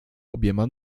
obiema